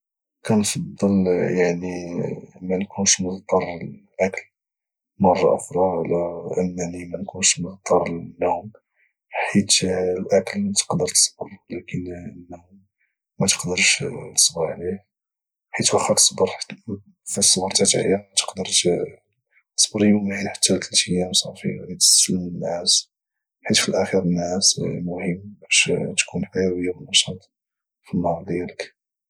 كنفضل يعني منكونش مضطر للاكل مرة اخرى على انني منكونش مضطر للنوم حيت الاكل تقدر تصبر ولكن النوم متقدرش تصبر عليه حيت وخا تصبر حتى تعيا غتقدر تصبر يوماين حتى لثلاث ايام صافي غادي تستسلم للنعاس حيت في الاخير النعاس مهم باش تكون حيوية ونشاط في النهار ديالك